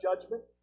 Judgment